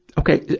okay,